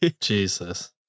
Jesus